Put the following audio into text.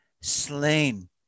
slain